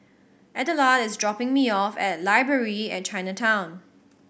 Adelard is dropping me off at Library at Chinatown